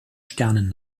sternen